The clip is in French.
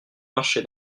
marché